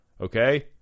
Okay